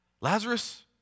Lazarus